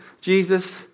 Jesus